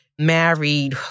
married